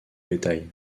bétail